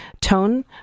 tone